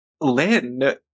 Lynn